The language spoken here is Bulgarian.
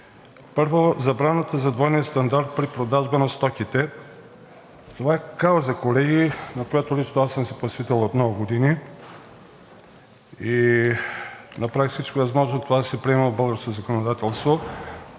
Първо, забраната за двойния стандарт при продажбата на стоките. Това е кауза, колеги, на която лично аз съм се посветил от много години и направих всичко възможно това да се приеме в българското законодателство.